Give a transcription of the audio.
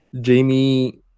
Jamie